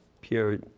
Pierre